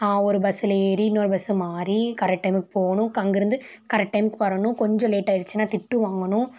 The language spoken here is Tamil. ஒரு பஸ்ஸில் ஏறி இன்னொரு பஸ் மாறி கரெக்ட் டைமுக்கு போகணும் அங்கேருந்து கரெக்ட் டைமுக்கு வரணும் கொஞ்சம் லேட்டாகிருச்சின்னா திட்டுவாங்கணும்